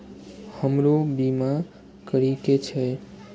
हमरो बीमा करीके छः?